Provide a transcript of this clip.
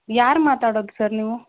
ಯಾರು ಮಾತಾಡೋದು ಸರ್ ನೀವು